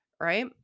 right